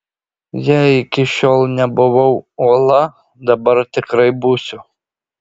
jei iki šiol nebuvau uola dabar tikrai būsiu